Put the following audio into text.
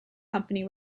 company